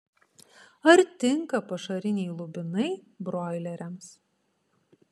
ar tinka pašariniai lubinai broileriams